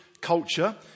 culture